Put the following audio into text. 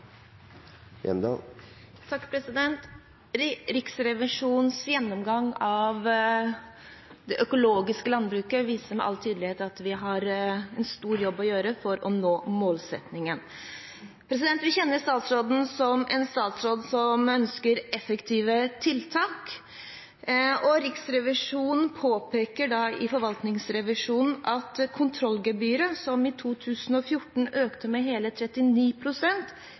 Riksrevisjonens gjennomgang av det økologiske landbruket viser med all tydelighet at vi har en stor jobb å gjøre for å nå målsettingen. Vi kjenner statsråden som en statsråd som ønsker effektive tiltak. Riksrevisjonen påpeker i forvaltningsrevisjonen at kontrollgebyret, som i 2014 økte med hele